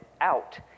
out